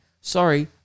sorry